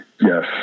Yes